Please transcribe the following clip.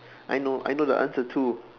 I know I know the answer too